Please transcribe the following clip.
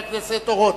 חבר הכנסת אורון.